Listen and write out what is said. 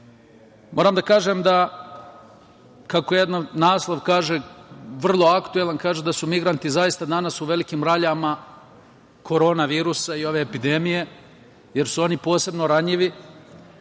pomoć. Moram da kažem da kako jedan naslov kaže, vrlo aktuelan, kaže da su migranti zaista danas u velikim raljama korona virusa i ove epidemije, jer su oni posebno ranjivi.